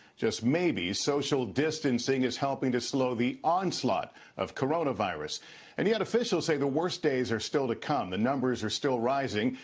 just maybe, social distancing is helping to slow the onslaught of coronavirus and yet officials say the worst days are still to come. the numbers are still rising,